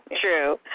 true